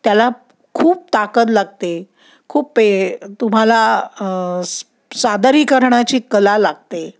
त्याला खूप ताकद लागते खूप पे तुम्हाला सादरीकरणाची कला लागते